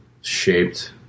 shaped